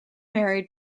married